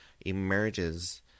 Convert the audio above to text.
emerges